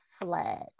flag